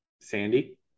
Sandy